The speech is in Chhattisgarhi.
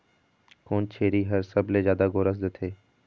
कोन छेरी हर सबले जादा गोरस देथे?